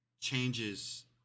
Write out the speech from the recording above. changes